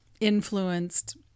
influenced